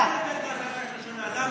יושב פה זה ביזיון.